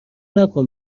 نکن